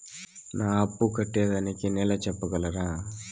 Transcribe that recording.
నా అప్పు కట్టేదానికి నెల సెప్పగలరా?